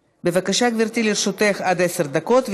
בבקשה, גברתי, לרשותך עד עשר דקות.